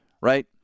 right